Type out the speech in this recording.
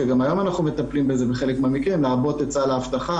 שגם היום אנחנו מטפלים בזה בחלק מהמקרים לעבות את סל האבטחה,